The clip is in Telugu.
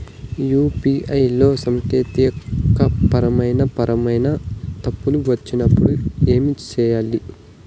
యు.పి.ఐ లో సాంకేతికపరమైన పరమైన తప్పులు వచ్చినప్పుడు ఏమి సేయాలి